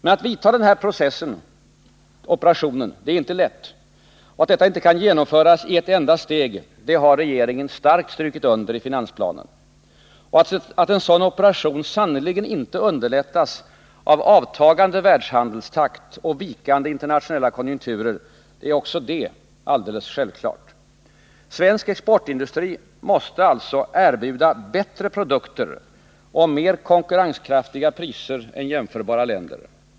Att den här processen inte är lätt och att detta inte kan genomföras i ett enda steg har regeringen starkt understrukit i finansplanen. Och att en sådan operation sannerligen inte underlättas av avtagande världshandelstakt och vikande internationella konjunkturer är också det självklart. Svensk exportindustri måste alltså erbjuda bättre produkter och mer konkurrenskraftiga priser än jämförbara länder.